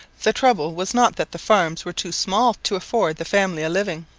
the trouble was not that the farms were too small to afford the family a living.